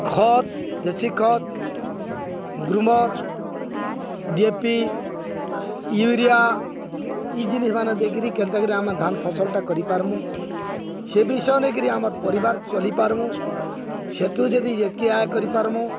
ଖତ୍ ଦେଶୀ ଖତ୍ Gromor D A P urea ଇ ଜିନିଷ୍ମାନ ଦେଇକିରି କେନ୍ତାକିରି ଆମେ ଧାନ୍ ଫସଲ୍ଟା କରିପାରମୁ ସେ ବିଷୟ ନେଇକିରି ଆମର୍ ପରିବାର ଚଲିପାରମୁ ସେଥୁ ଯଦି ଏତି ଆୟ କରିପାରମୁ